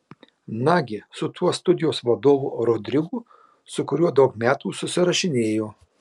nagi su tuo studijos vadovu rodrigu su kuriuo daug metų susirašinėjo